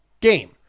game